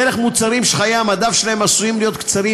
דרך מוצרים שחיי המדף שלהם עשויים להיות קצרים,